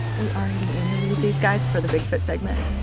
we already interviewed these guys for the bigfoot segment.